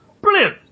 Brilliant